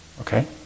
Okay